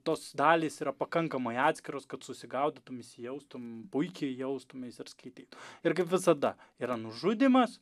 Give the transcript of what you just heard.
tos dalys yra pakankamai atskiros kad susigaudytum įsijaustum puikiai jaustumeis ir skaitytum ir kaip visada yra nužudymas